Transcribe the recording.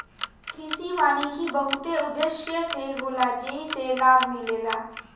कृषि वानिकी बहुते उद्देश्य से होला जेइसे लाभ मिलेला